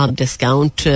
discount